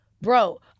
Bro